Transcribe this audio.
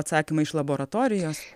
atsakymą iš laboratorijos